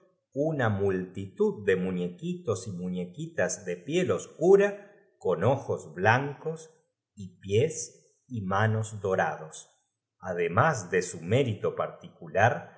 f multitud de muñequitos y muñequitas de piel oscura con ojos blancos y pies y manos dorados además de su mérito partí